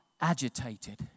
agitated